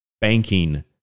banking